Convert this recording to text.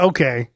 Okay